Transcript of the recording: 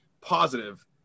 positive